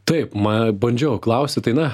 taip ma bandžiau klausti tai na